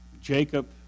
Jacob